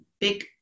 big